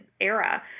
era